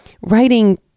writing